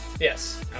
Yes